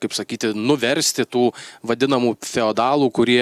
kaip sakyti nuversti tų vadinamų feodalų kurie